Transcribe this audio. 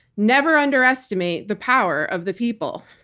never underestimate the power of the people.